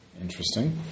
Interesting